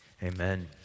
Amen